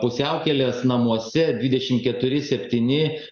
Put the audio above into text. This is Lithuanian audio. pusiaukelės namuose dvidešim keturi septyni